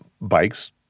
Bikes